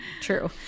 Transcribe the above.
True